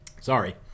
Sorry